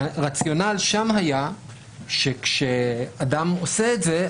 הרציונל שם היה שכשאדם עושה את זה,